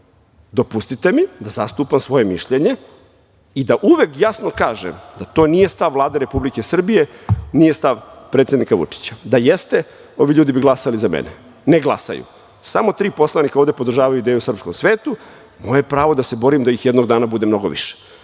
Dopustite mi da zastupam svoje mišljenje i da uvek jasno kažem da to nije stav Vlade Republike Srbije, nije stav predsednika Vučića. Da jeste ovi ljudi bi glasali za mene. Ne glasaju za mene, ne glasaju. Samo tri poslanika ovde podržavaju ideju o srpskom svetu. Moje pravo je da se borim da ih jednog dana bude mnogo više